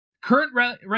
Current